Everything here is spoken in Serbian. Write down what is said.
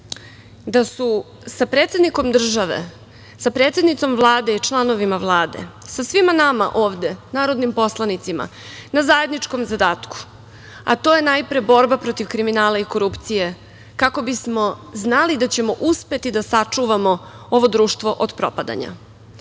da su sa predsednikom države, sa predsednicom Vlade i članovima Vlade, sa svima nama ovde, narodnim poslanicima, na zajedničkom zadatku, a to je najpre borba protiv kriminala i korupcije, kako bismo znali da ćemo uspeti da sačuvamo ovo društvo od propadanja. Dok